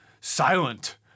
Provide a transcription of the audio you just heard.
silent